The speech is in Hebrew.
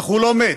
אך הוא לא מת,